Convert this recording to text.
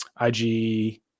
IG